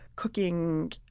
cooking